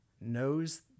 knows